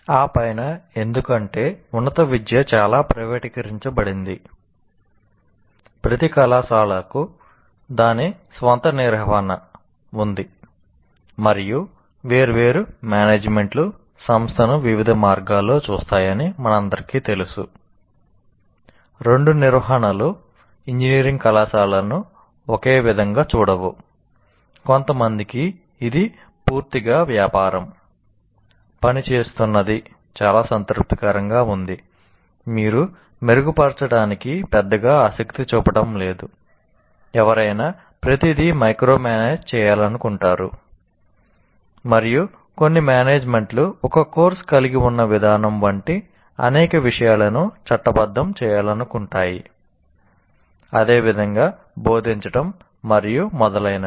ఆ పైన ఎందుకంటే ఉన్నత విద్య చాలా ప్రైవేటీకరించబడింది ప్రతి కళాశాలకు దాని స్వంత నిర్వహణ ఉంది మరియు వేర్వేరు మానేజ్మెంట్ చేయాలనుకుంటున్నారు మరియు కొన్ని మేనేజ్మెంట్లు ఒక కోర్సు కలిగి ఉన్న విధానం వంటి అనేక విషయాలను చట్టబద్ధం చేయాలనుకుంటాయి అదేవిధంగా బోధించటం మరియు మొదలైనవి